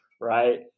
right